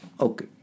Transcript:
okay